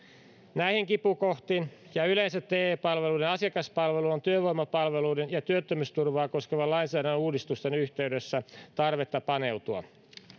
näihin kipukohtiin ja yleensä te palveluiden asiakaspalveluun on työvoimapalveluiden ja työttömyysturvaa koskevan lainsäädännön uudistusten yhteydessä tarvetta paneutua